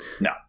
no